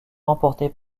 remportée